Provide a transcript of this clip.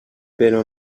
però